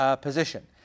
position